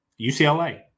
UCLA